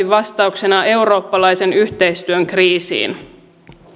vastauksena eurooppalaisen yhteistyön kriisiin